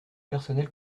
personnel